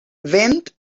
vent